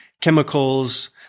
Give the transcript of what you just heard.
chemicals